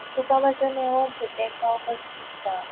तुका मातसो नेवोब ताका हांव कसो दिसता